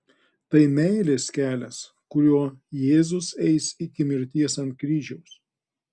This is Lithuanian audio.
tai meilės kelias kuriuo jėzus eis iki mirties ant kryžiaus